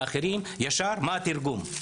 אחרים ישר שואלים מה התרגום.